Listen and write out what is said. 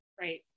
Right